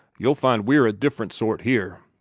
you'll find we're a different sort here.